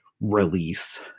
release